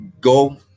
Go